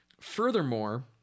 furthermore